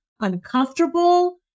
uncomfortable